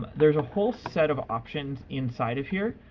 there's a whole set of options inside of here.